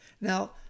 Now